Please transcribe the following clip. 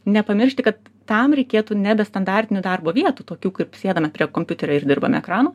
nepamiršti kad tam reikėtų nebe standartinių darbo vietų tokių kaip sėdame prie kompiuterio ir dirbam ekrano